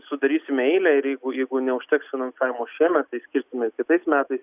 sudarysim eilę ir jeigu jeigu neužteks finansavimo šiemet tai skirsim ir kitais metais